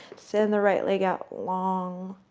send the right leg out long,